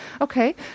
Okay